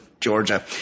Georgia